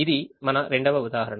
ఇది మన రెండవ ఉదాహరణ